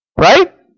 Right